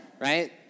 Right